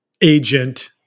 agent